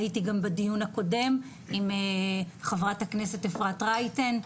והייתי גם בדיון הקודם עם חברת הכנסת אפרת רייטן.